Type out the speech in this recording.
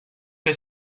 que